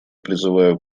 призываю